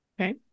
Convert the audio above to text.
Okay